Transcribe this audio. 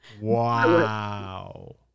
wow